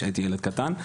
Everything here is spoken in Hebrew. כשהייתי ילד קטן,